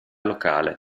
locale